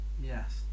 yes